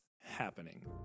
happening